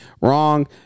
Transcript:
wrong